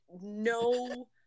no